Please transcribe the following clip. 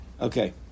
Okay